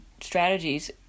strategies